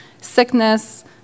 sickness